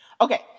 Okay